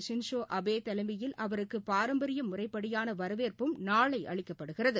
Shinzo Abe தலைமையில் அவருக்கு பாரம்பரிய முறைப்படியான வரவேற்பும் நாளை அளிக்கப்படுகிறது